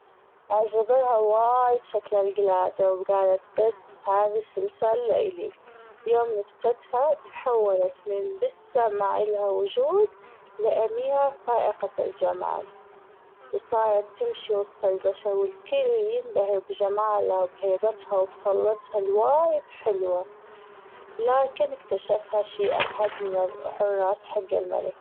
عجبتها وايد شكل الجلادة وجالت بس هذا السلسال لألي يوم لبستها أتحولت من بسه ما إلها وجود لأميرة فائقة الجمال وصارت تمشي وسط البشر والكل ينبهر بجمالها وبهيبتها وبطلتها الوايد الحلوة لكن أكتشفها شي أحد من الحراس حج الملك.